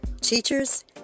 Teachers